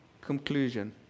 conclusion